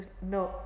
no